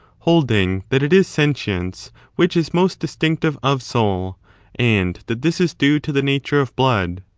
holding that it is sentience which is most distinctive of soul and that this is due to the nature of blood.